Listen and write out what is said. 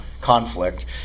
conflict